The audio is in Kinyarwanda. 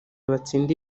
batsinda